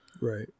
right